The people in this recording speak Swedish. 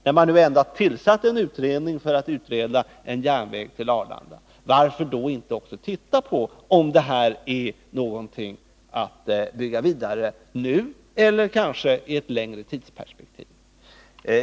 När man har tillsatt en utredning för att utreda en järnväg till Arlanda, varför då inte titta på om detta är någonting att bygga vidare på, nu eller kanske i ett längre tidsperspektiv?